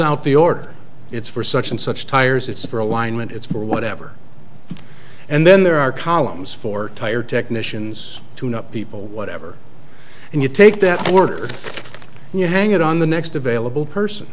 out the order it's for such and such tires it's for alignment it's more whatever and then there are columns for tire technicians tune up people whatever and you take that order and you hang it on the next available person